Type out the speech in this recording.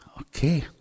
Okay